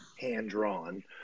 hand-drawn